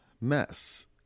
mess